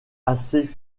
assez